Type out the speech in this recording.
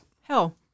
hell